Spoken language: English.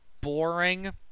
boring